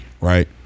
Right